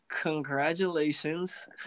congratulations